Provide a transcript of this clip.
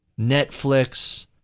Netflix